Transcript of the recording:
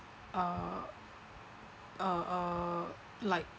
uh uh uh like